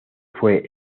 fue